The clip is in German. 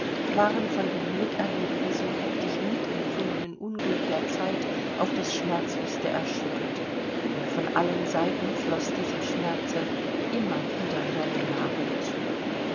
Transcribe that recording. waren von dem miterlebten so heftig mitempfundenen unglück der zeit auf das schmerzlichste erschüttert und von allen seiten floß diesem schmerze immer wieder neue nahrung zu